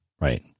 Right